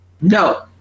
no